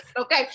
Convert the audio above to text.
Okay